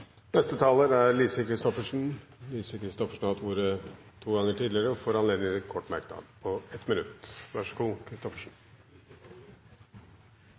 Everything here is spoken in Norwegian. Lise Christoffersen har hatt ordet to ganger tidligere og får ordet til en kort merknad, begrenset til 1 minutt. Det er for så